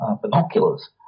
binoculars